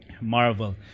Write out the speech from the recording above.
marvel